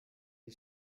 die